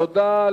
תודה.